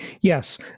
Yes